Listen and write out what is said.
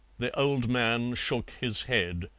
the old man shook his head.